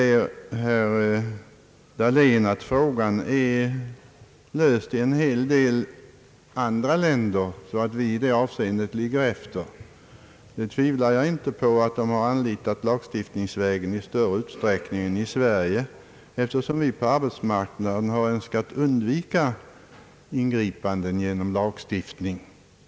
Herr Dahlén säger att frågan är löst i åtskilliga andra länder och att vi i det avseendet ligger efter. Jag tvivlar inte på att man i andra länder har anlitat lagstiftningsvägen i större utsträckning än vi har gjort. Vi har på arbetsmarknaden önskat undvika ingripanden genom lagstiftning.